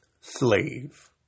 slave